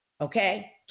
okay